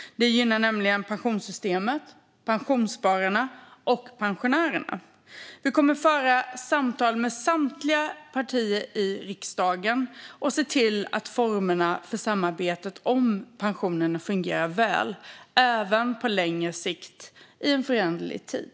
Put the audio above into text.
Det gynnar pensionssystemet, pensionsspararna och pensionärerna. Vi kommer att föra samtal med samtliga partier i riksdagen och se till att formerna för samarbetet om pensionerna fungerar väl även på längre sikt och i en föränderlig tid.